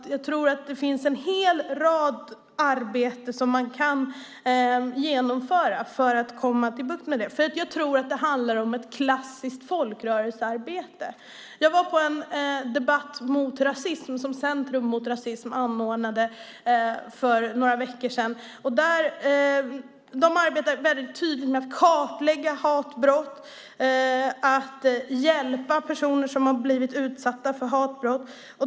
Jag tror att det finns en hel del arbete som man kan genomföra för att komma till rätta med det. Jag tror att det handlar om ett klassiskt folkrörelsearbete. Jag var på en debatt mot rasism som Centrum mot rasism anordnade för några veckor sedan. De arbetar väldigt tydligt med att kartlägga hatbrott och hjälpa personer som har blivit utsatta för hatbrott.